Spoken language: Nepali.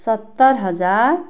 सत्तर हजार